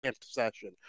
Session